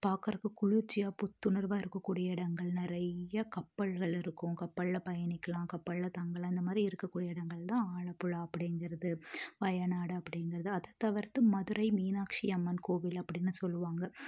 பார்க்குறதுக்கு குளுர்ச்சியாக புத்துணர்வாக இருக்கக்கூடிய இடங்கள் நிறைய கப்பல்கள் இருக்கும் கப்பல்ல பயணிக்கலாம் கப்பல்ல தங்கலாம் இந்தமாதிரி இருக்கக்கூடிய இடங்கள் தான் ஆலப்புழா அப்படிங்குறது வயநாடு அப்படிங்குறது அத தவிர்த்து மதுரை மீனாட்சி அம்மன் கோவில் அப்படின்னு சொல்லுவாங்க